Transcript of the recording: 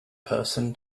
person